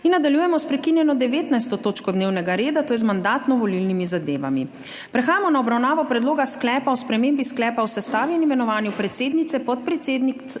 Nadaljujemo prekinjeno 19. točko dnevnega reda, to je z Mandatno-volilnimi zadevami. Prehajamo na obravnavo Predloga sklepa o spremembi Sklepa o sestavi in imenovanju predsednice, podpredsednika,